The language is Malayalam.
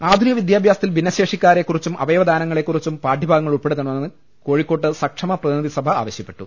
ആധുനിക വിദ്യാഭ്യാസത്തിൽ ഭിന്നശേഷിക്കാരെക്കുറിച്ചും അവയവദാനത്തെക്കുറിച്ചും പാഠ്യഭാഗങ്ങൾ ഉൾപ്പെടുത്തണമെന്ന് കോഴിക്കോട്ട് സക്ഷമ പ്രതിനിധിസഭ ആവശ്യപ്പെട്ടു